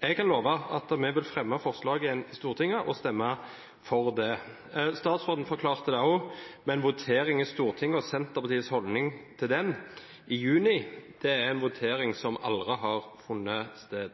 Jeg kan love at vi vil fremme forslaget for Stortinget og stemme for det. Statsråden forklarte det også med en votering i Stortinget, og Senterpartiets holdning til den, i juni – det er en votering som aldri har funnet sted.